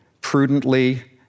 prudently